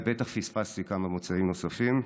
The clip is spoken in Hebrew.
ובטח פספסתי כמה מוצאים נוספים,